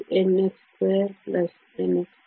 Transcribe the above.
ಅನ್ನು ಮಾತ್ರ ಹೊಂದಿದ್ದೀರಿ